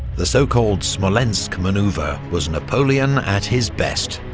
the so-called smolensk manoeuvre ah was napoleon at his best.